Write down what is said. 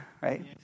right